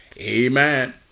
Amen